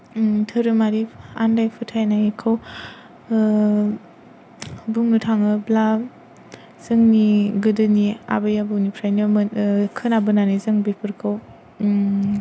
धोरोमारि आन्दाय फोथायनायखौ बुंनो थाङोब्ला जोंनि गोदोनि आबै आबौनिफ्रायनो मोन खोनाबोनानै जों बेफोरखौ